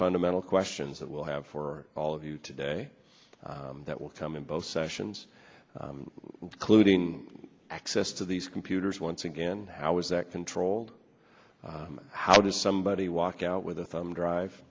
fundamental questions that will have for all of you today that will come in both sessions clued in access to these computers once again how is that controlled how does somebody walk out with a thumb drive